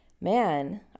man